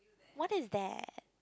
what is that